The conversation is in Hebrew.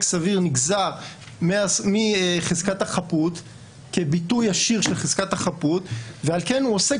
סביר נגזר מחזקת החפות כביטוי ישיר של חזקת החפות ועל כן הוא עוסק